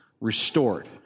restored